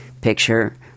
picture